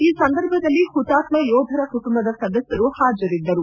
ಈ ಸಂದರ್ಭದಲ್ಲಿ ಹುತಾತ್ಮ ಯೋಧರ ಕುಟುಂಬದ ಸದಸ್ವರು ಹಾಜರಿದ್ದರು